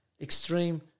extreme